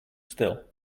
still